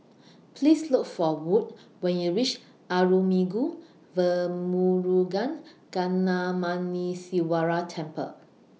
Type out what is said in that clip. Please Look For Wood when YOU REACH Arulmigu Velmurugan Gnanamuneeswarar Temple